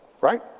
Right